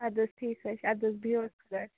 ادٕ حظ ٹھیٖکھ حظ چھُ ادٕ حظ بِہِو حظ خۄدایَس حوالہٕ